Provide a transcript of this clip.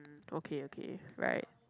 okay okay right